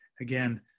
again